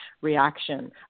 reaction